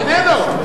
איננו.